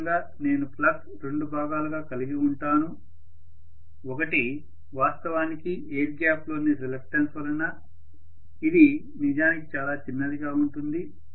ఖచ్చితంగా నేను ఫ్లక్స్ రెండు భాగాలుగా కలిగివుంటాను ఒకటి వాస్తవానికి ఎయిర్ గ్యాప్ లోని రిలక్టన్స్ వలన ఇది నిజానికి చాలా చిన్నదిగా ఉంటుంది